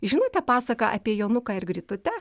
žinote pasaką apie jonuką ir grytutę